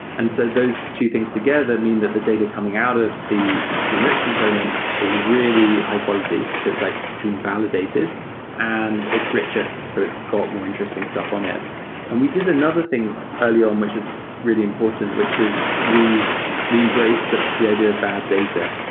and so those two things together mean that the data coming out of the enrich component is really high quality. it's like been validated and it's richer. so it's got more interesting stuff on it and we did another thing early on, which is really important, which is we we embraced the the idea of bad data,